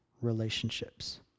relationships